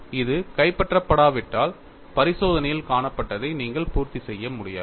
அது கைப்பற்றப்படாவிட்டால் பரிசோதனையில் காணப்பட்டதை நீங்கள் பூர்த்தி செய்ய முடியாது